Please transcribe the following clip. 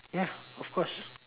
ya of course